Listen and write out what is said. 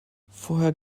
vorher